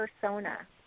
persona